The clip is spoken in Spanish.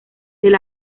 del